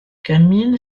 camille